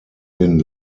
den